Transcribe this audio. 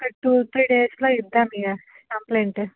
two three డేస్లో ఇద్దామీక complaint